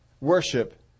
worship